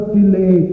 delay